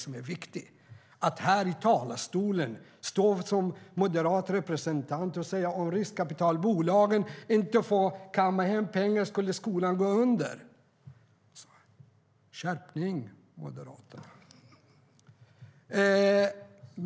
Men nu står en moderat representant i talarstolen och säger att skolan går under om riskkapitalbolagen inte får kamma hem pengar. Skärpning, Moderaterna! Herr talman!